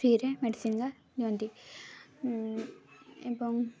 ଫ୍ରିରେ ମେଡ଼ିସିନ୍ ଗା ଦିଅନ୍ତି ଏବଂ